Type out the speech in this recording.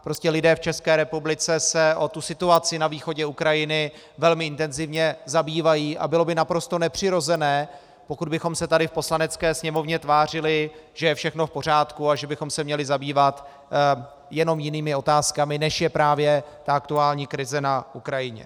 Prostě lidé v České republice se o situaci na východě Ukrajiny velmi intenzivně zajímají a bylo by naprosto nepřirozené, pokud bychom se tady v Poslanecké sněmovně tvářili, že je všechno v pořádku a že bychom se měli zabývat jenom jinými otázkami, než je právě ta aktuální krize na Ukrajině.